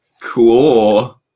Cool